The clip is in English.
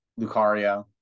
Lucario